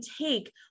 take